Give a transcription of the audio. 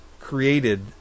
created